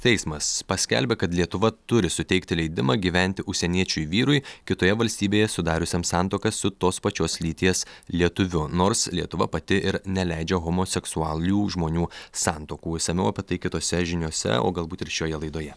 teismas paskelbė kad lietuva turi suteikti leidimą gyventi užsieniečiui vyrui kitoje valstybėje sudariusiam santuoką su tos pačios lyties lietuviu nors lietuva pati ir neleidžia homoseksualių žmonių santuokų išsamiau apie tai kitose žiniose o galbūt ir šioje laidoje